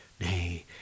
Nay